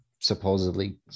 supposedly